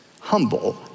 humble